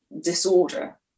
disorder